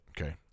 Okay